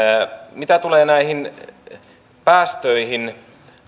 mitä tulee näihin päästöihin